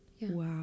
wow